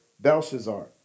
Belshazzar